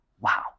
Wow